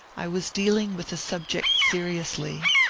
i was dealing with the subject seriously,